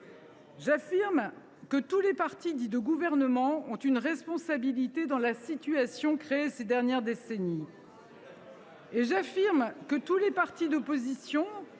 J’affirme que tous les partis dits de gouvernement ont une responsabilité dans la situation créée ces dernières décennies. Et j’affirme que tous les partis d’opposition,